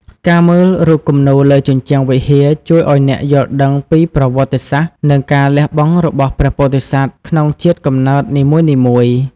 ការមើលរូបគំនូរលើជញ្ជាំងវិហារ ជួយឱ្យអ្នកយល់ដឹងពីប្រវត្តិសាស្ត្រ និងការលះបង់របស់ព្រះពោធិសត្វក្នុងជាតិកំណើតនីមួយៗ។